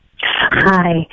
Hi